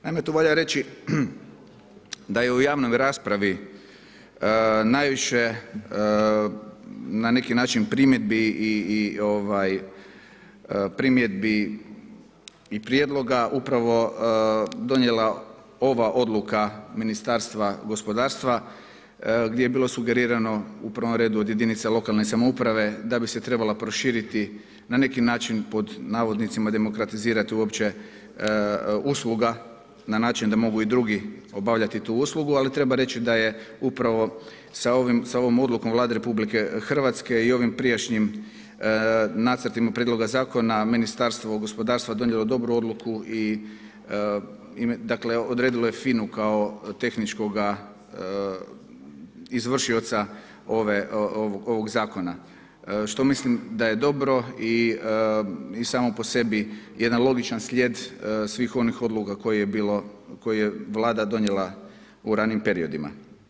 Naime, tu valja reći da je u javnoj raspravi najviše na neki način primjedbi i prijedloga upravo donijela ova odluka Ministarstva gospodarstva gdje je bilo sugerirano u prvom redu od jedinica lokalne samouprave da bi se trebala proširiti na neki način pod „demokratizirati“ uopće usluga na način da mogu i drugi obavljati tu uslugu, ali treba reći da je upravo sa ovom odlukom Vlade RH i ovim prijašnjim nacrtima prijedloga zakona Ministarstvo gospodarstva donijelo dobru odluku i odredilo je FINA-u kao tehničkog izvršioca ovog zakona, što mislim da je dobro i samo po sebi jedan logičan slijed svih onih odluka koje je Vlada donijela u ranijim periodima.